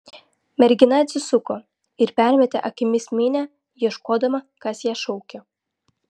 mergina atsisuko ir permetė akimis minią ieškodama kas ją šaukia